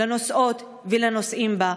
לנוסעות ולנוסעים בה,